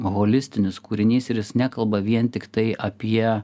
holistinis kūrinys ir jis nekalba vien tiktai apie